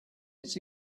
its